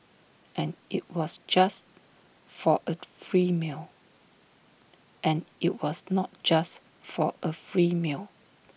and IT was just for A free meal and IT was not just for A free meal